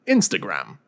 Instagram